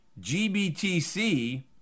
GBTC